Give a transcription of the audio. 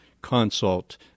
consult